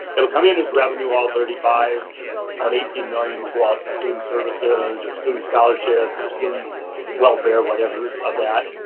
it'll come in as revenue, all thirty five or eighteen million will go out to student services or student scholarships or student welfare, whatever of that,